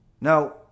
Now